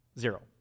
zero